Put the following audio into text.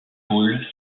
poule